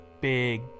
big